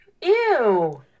Ew